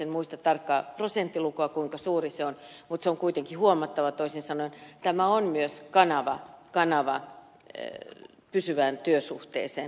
en muista tarkkaa prosenttilukua kuinka suuri se on mutta se on kuitenkin huomattava toisin sanoen tämä on myös kanava pysyvään työsuhteeseen